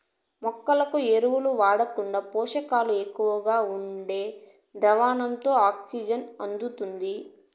మొక్కలకు ఎరువులు వాడకుండా పోషకాలు ఎక్కువగా ఉండే ద్రావణంతో ఆక్సిజన్ అందుతుంది